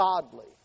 godly